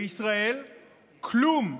וישראל, כלום.